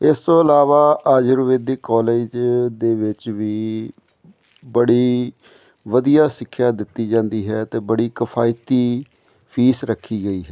ਇਸ ਤੋਂ ਇਲਾਵਾ ਆਯੁਰਵੇਦਿਕ ਕਾਲਜ ਦੇ ਵਿੱਚ ਵੀ ਬੜੀ ਵਧੀਆ ਸਿੱਖਿਆ ਦਿੱਤੀ ਜਾਂਦੀ ਹੈ ਅਤੇ ਬੜੀ ਕਫਾਇਤੀ ਫੀਸ ਰੱਖੀ ਗਈ ਹੈ